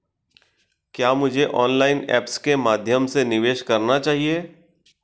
क्या मुझे online apps के माध्यम से निवेश करना चाहिए?